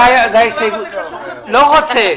לא רוצה.